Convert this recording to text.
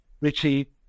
Richie